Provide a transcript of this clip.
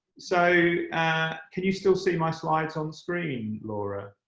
so can you still see my slides on screen, laura?